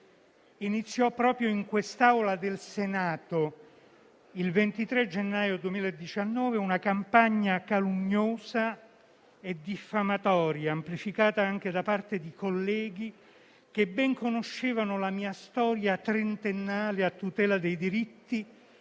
iniziò proprio in quest'Aula del Senato, il 23 gennaio 2019, una campagna calunniosa e diffamatoria, amplificata anche da parte di colleghi che ben conoscevano la mia storia trentennale a tutela dei diritti